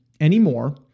anymore